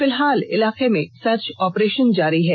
फिलहाल इलाके में सर्च ऑपरेशन जारी है